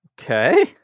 Okay